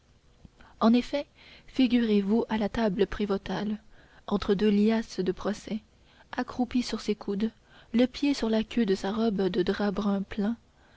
en effet figurez-vous à la table prévôtale entre deux liasses de procès accroupi sur ses coudes le pied sur la queue de sa robe de drap brun plain